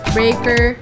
Breaker